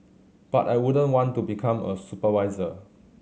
but I wouldn't want to become a supervisor